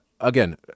Again